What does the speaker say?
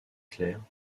claire